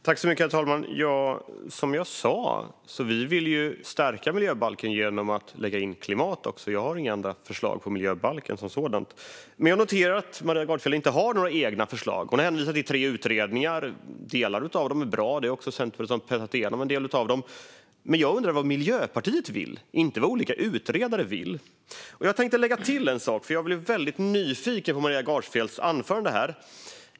Herr talman! Som jag sa vill vi stärka miljöbalken genom att lägga in klimat också. Jag har inga andra förslag på miljöbalken som sådan. Men jag noterar att Maria Gardfjell inte har några egna förslag. Hon hänvisar till tre utredningar. Delar av dem är bra. Det är också Centerpartiet som har pressat igenom en del av dem. Men jag undrar vad Miljöpartiet vill, inte vad olika utredare vill. Jag tänkte lägga till en sak, eftersom jag blev väldigt nyfiken på Maria Gardfjells anförande.